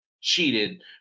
cheated